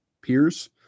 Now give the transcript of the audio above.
peers